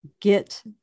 get